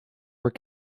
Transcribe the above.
were